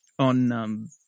on